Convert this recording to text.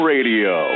Radio